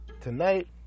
tonight